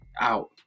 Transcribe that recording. out